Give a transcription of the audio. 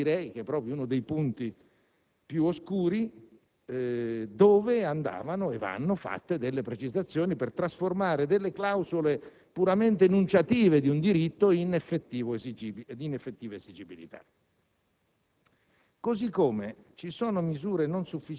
caso l'accordo non è chiaro; anzi, direi che è proprio uno dei punti più oscuri dove andavano e vanno fatte delle precisazioni per trasformare delle clausole puramente enunciative di un diritto in effettività esigibilità.